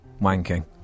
Wanking